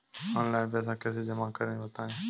Online पैसा कैसे जमा करें बताएँ?